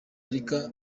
rica